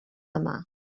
yma